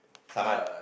summon